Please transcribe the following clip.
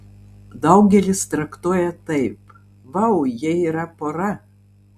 daugelis traktuoja taip vau jie yra pora